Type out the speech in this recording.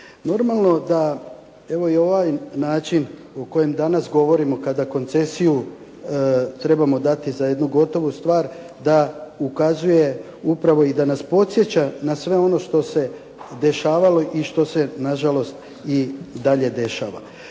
normalno da evo i ovaj način o kojem danas govorimo kada koncesiju trebamo dati za jednu gotovu stvar, da ukazuje upravo i da nas podsjeća na sve ono što se dešavalo i što se nažalost i dalje dešava.